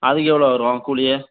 அதுக்கு எவ்வளோ வரும் கூலி